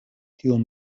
tion